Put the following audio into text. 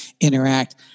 interact